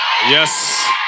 Yes